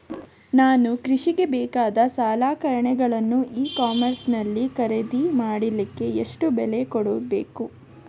ನಾನು ಕೃಷಿಗೆ ಬೇಕಾದ ಸಲಕರಣೆಗಳನ್ನು ಇ ಕಾಮರ್ಸ್ ನಲ್ಲಿ ಖರೀದಿ ಮಾಡಲಿಕ್ಕೆ ಎಷ್ಟು ಬೆಲೆ ಕೊಡಬೇಕು?